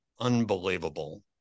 unbelievable